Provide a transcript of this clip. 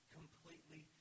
completely